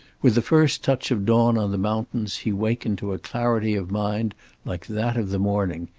with the first touch of dawn on the mountains he wakened to a clarity of mind like that of the morning.